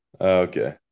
Okay